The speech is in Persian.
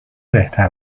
بهتر